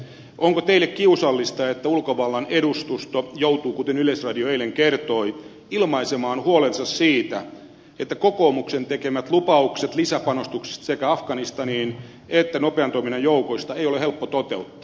onko teille kiusallista että ulkovallan edustusto joutuu kuten yleisradio eilen kertoi ilmaisemaan huolensa siitä että kokoomuksen antamia lupauksia sekä lisäpanostuksista afganistaniin että nopean toiminnan joukoista ei ole helppo toteuttaa